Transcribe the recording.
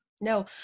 No